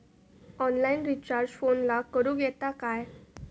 Online recharge फोनला करूक येता काय?